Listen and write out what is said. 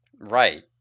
Right